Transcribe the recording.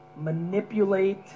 manipulate